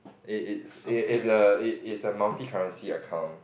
it's it's it's a it's it's a multi currency account